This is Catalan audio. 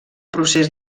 procés